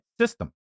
system